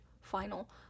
final